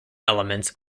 elements